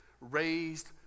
Raised